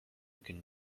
can